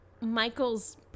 Michael's